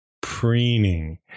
preening